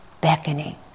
beckoning